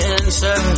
answer